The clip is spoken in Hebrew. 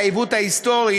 את העיוות ההיסטורי,